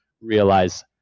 realize